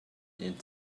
and